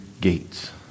gates